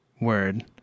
word